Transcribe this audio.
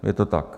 Je to tak.